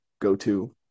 go-to